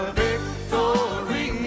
victory